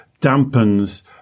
dampens